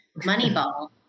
Moneyball